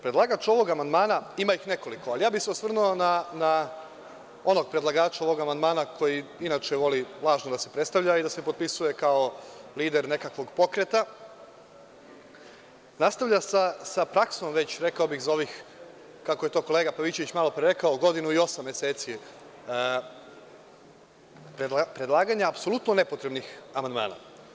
Predlagač ovog amandmana, ima ih nekoliko, ali ja bih se osvrnuo na predlagača amandmana koji inače voli lažno da se predstavlja i da se potpisuje kao lider nekakvog pokreta, nastavlja sa praksom, rekao bih za ovih kako je to kolega Pavićević malo pre rekao godinu i osam meseci predlaganja apsolutno nepotrebnih amandmana.